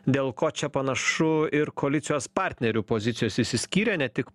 dėl ko čia panašu ir koalicijos partnerių pozicijos išsiskyrė ne tik